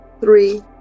three